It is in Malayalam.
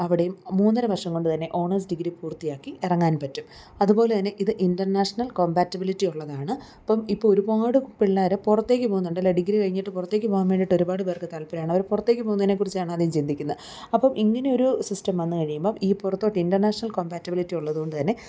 അവിടെയും മൂന്നര വർഷം കൊണ്ടു തന്നെ ഓണേഴ്സ് ഡിഗ്രി പൂർത്തിയാക്കി ഇറങ്ങാൻ പറ്റും അതുപോലെ തന്നെ ഇത് ഇൻ്റർനാഷണൽ കോമ്പാറ്റബിലിറ്റി ഉള്ളതാണ് ഇപ്പം ഇപ്പോൾ ഒരുപാട് പിള്ളേർ പുറത്തേക്ക് പോകുന്നുണ്ട് അല്ലെ ഡിഗ്രി കഴിഞ്ഞിട്ട് പുറത്തേക്കു പോവാൻ വേണ്ടിയിട്ട് ഒരുപാട് പേർക്ക് താല്പര്യമാണ് അവർ പുറത്തേക്ക് പോകുന്നതിനെ കുറിച്ചാണ് ആദ്യം ചിന്തിക്കുന്നത് അപ്പം ഇങ്ങനെ ഒരു സിസ്റ്റം വന്നു കഴിയുമ്പോൾ ഈ പുറത്തോട്ട് ഇൻറ്റർനാഷണൽ കോംപാറ്റബിലിറ്റി ഉള്ളതുകൊണ്ട് തന്നെ